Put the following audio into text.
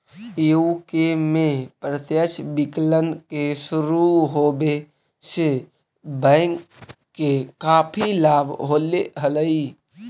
UK में प्रत्यक्ष विकलन के शुरू होवे से बैंक के काफी लाभ होले हलइ